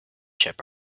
chip